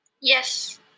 yes